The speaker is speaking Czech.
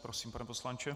Prosím, pane poslanče.